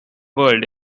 world